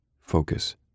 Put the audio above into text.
focus